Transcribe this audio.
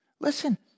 Listen